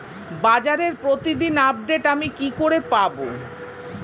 বাজারের প্রতিদিন আপডেট আমি কি করে পাবো?